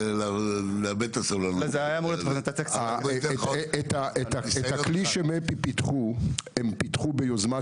אבל את הכלי שמפ"י פיתחו הם פיתחו ביוזמת